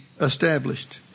established